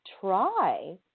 try